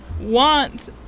want